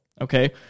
okay